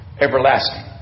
everlasting